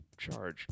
charge